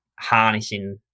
harnessing